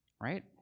right